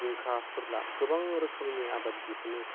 जिंखा फोर्ला गोबां रोखोमनि आबाद दिहुनो